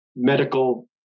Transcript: medical